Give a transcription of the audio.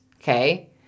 Okay